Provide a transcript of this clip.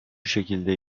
şekilde